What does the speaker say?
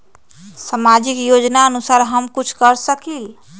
सामाजिक योजनानुसार हम कुछ कर सकील?